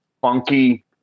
funky